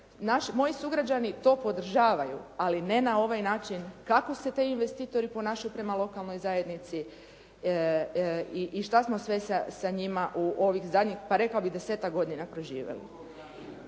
Moji sugrađani to podržavaju, ali ne na ovaj način kako se ti investitori ponašaju prema lokalnoj zajednici i šta smo sve sa njima u ovih zadnjih pa rekla bih 10-tak godina proživjeli.